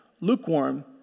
Lukewarm